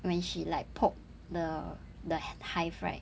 when she like poke the the hi~ hive right